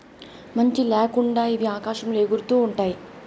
మంచి ల్యాకుండా ఇవి ఆకాశంలో ఎగురుతూ ఉంటాయి